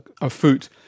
afoot